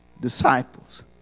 disciples